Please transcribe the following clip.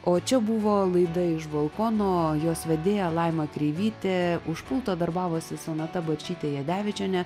o čia buvo laida iš balkono jos vedėja laima kreivytė už pulto darbavosi sonata bočytė jadevičienė